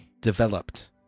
developed